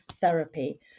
therapy